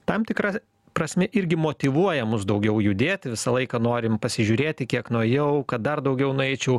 tam tikra prasme irgi motyvuoja mus daugiau judėti visą laiką norim pasižiūrėti kiek nuėjau kad dar daugiau nueičiau